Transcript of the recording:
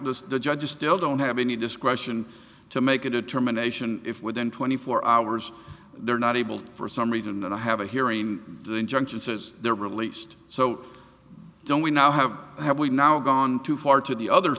now the judge still don't have any discretion to make a determination if within twenty four hours they're not able for some reason and i have a hearing the injunction says they're released so don't we now have have we now gone too far to the other